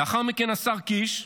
לאחר מכן השר קיש,